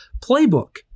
playbook